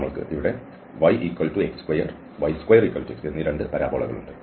നമ്മൾക്ക് ഇവിടെ yx2 y2x എന്നീ പരാബോളകൾ ഉണ്ട്